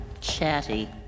chatty